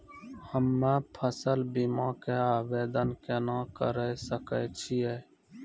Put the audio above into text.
हम्मे फसल बीमा के आवदेन केना करे सकय छियै?